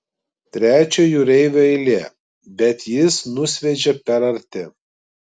trečio jūreivio eilė bet jis nusviedžia per arti